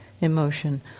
emotion